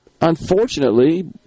unfortunately